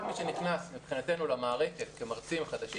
כל מי שנכנס מבחינתנו למערכת כמרצה חדש,